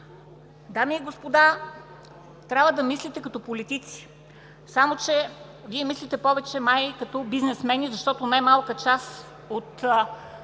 Дами и господа, трябва да мислите като политици. Само, че Вие мислите май повече като бизнесмени, защото немалка част от